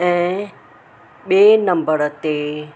ऐं ॿिए नंबर ते